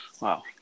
Wow